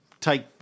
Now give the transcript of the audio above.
take